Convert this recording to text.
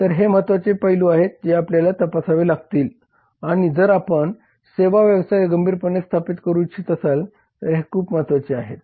तर हे महत्वाचे पैलू आहेत जे आपल्याला तपासावे लागतील आणि जर आपण सेवा व्यवसाय गंभीरपणे स्थापित करू इच्छित असाल तर हे खूप महत्वाचे आहेत